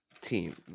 team